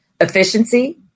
Efficiency